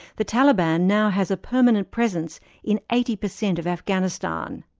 the taliban now has a permanent presence in eighty per cent of afghanistan.